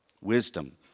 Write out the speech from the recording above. Wisdom